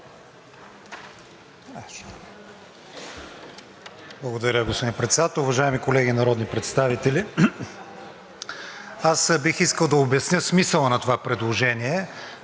Благодаря, господин Председател. Уважаеми колеги народни представители! Аз бих искал да обясня смисъла на това предложение.